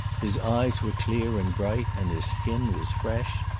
his eyes were clear and bright and his skin was fresh.